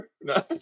No